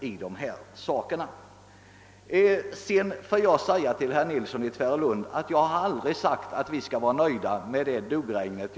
Till herr Nilsson i Tvärålund vill jag säga att jag aldrig sagt att vi skall vara nöjda med »duggregnet».